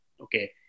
okay